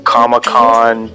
Comic-Con